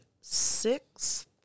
sixth